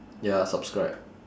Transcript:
ya subscribe